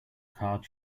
card